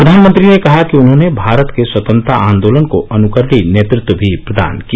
प्रधानमंत्री ने कहा कि उन्होंने भारत के स्वतंत्रता आंदोलन को अनुकरणीय नेतृत्व भी प्रदान किया